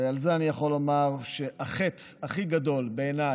ועל זה אני יכול לומר שהחטא הכי גדול בעיניי